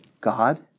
God